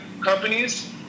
companies